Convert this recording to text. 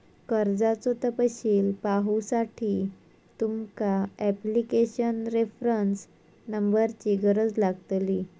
कर्जाचो तपशील पाहुसाठी तुमका ॲप्लीकेशन रेफरंस नंबरची गरज लागतली